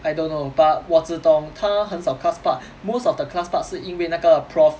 I don't know but 我只懂她很少 class part most of the class part 是因为那个 prof